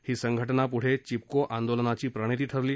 ही संघटना पुढे चिपको आंदोलनाची प्रणेती ठरली